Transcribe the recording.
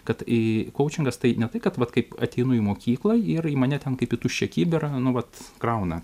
kad i kaučingas tai ne tai kad vat kaip ateinu į mokyklą ir mane ten kaip į tuščią kibirą nu vat krauna